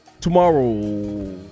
tomorrow